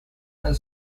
and